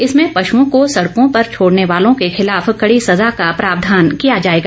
इसमें पशुओं को सड़कों पर छोड़र्ने वालों के खिलाफ कड़ी सजा का प्रावधान किया जाएगा